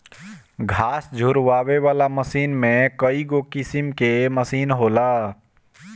घास झुरवावे वाला मशीन में कईगो किसिम कअ मशीन होला